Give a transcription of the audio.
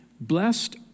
Blessed